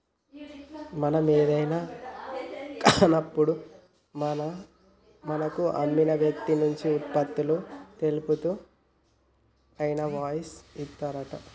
మనం ఏదైనా కాన్నప్పుడు మనకు అమ్మిన వ్యక్తి నుంచి ఉత్పత్తులు తెలుపుతూ ఇన్వాయిస్ ఇత్తారంట